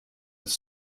with